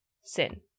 sin